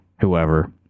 whoever